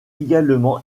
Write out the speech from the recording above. également